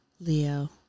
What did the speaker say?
Leo